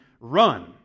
run